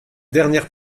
dernière